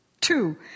Two